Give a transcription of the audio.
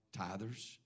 tithers